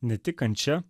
ne tik kančia